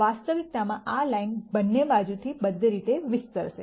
વાસ્તવિકતામાં આ લાઇન બંને બાજુથી બધી રીતે વિસ્તરશે